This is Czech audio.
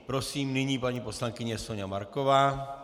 Prosím, nyní paní poslankyně Soňa Marková.